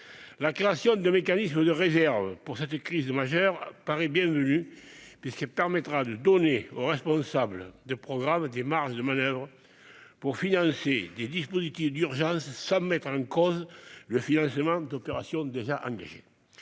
La création de ce mécanisme de réserve paraît bienvenue, puisqu'elle permettra de donner aux responsables de programmes des marges de manoeuvre pour financer des dispositifs d'urgence sans mettre en cause le financement d'opérations déjà engagées.